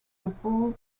depaul